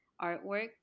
artwork